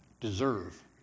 deserve